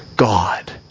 God